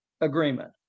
agreement